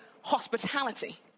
hospitality